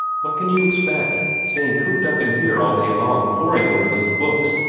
what can you expect, staying cooped up in here all day long, poring over those books?